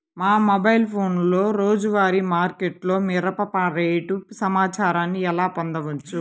మా మొబైల్ ఫోన్లలో రోజువారీ మార్కెట్లో మిరప రేటు సమాచారాన్ని ఎలా పొందవచ్చు?